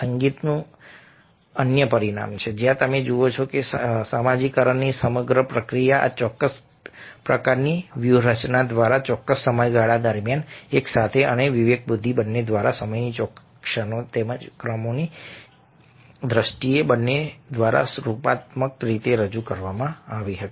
સંગીતનું જ્યાં તમે જુઓ છો કે સમાજીકરણની સમગ્ર પ્રક્રિયા આ ચોક્કસ પ્રકારની વ્યૂહરચના દ્વારા ચોક્કસ સમયગાળા દરમિયાન એક સાથે અને વિવેકબુદ્ધિ બંને દ્વારા સમયની ચોક્કસ ક્ષણો તેમજ ક્રમની દ્રષ્ટિએ બંને દ્વારા રૂપકાત્મક રીતે રજૂ કરવામાં આવી હતી